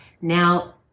Now